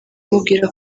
mubwira